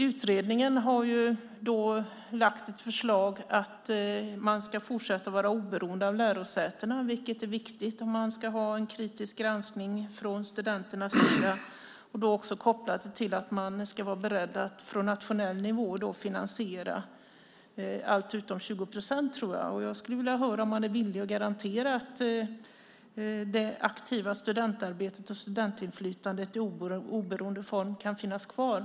Utredningen har lagt fram ett förslag om att man ska fortsätta att vara oberoende av lärosätena, vilket är viktigt om det ska finnas en kritisk granskning från studenternas sida. Detta ska kopplas till att man från nationell nivå finansierar allt utom jag tror det är 20 procent. Jag skulle vilja höra om man är villig att garantera att det aktiva studentarbetet och studentinflytandet kan finnas kvar i oberoende form.